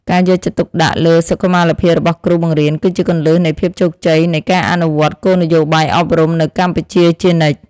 ការយកចិត្តទុកដាក់លើសុខុមាលភាពរបស់គ្រូបង្រៀនគឺជាគន្លឹះនៃភាពជោគជ័យនៃការអនុវត្តគោលនយោបាយអប់រំនៅកម្ពុជាជានិច្ច។